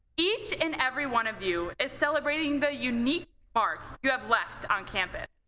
each and every one of you is celebrating the unique mark you have left on campus.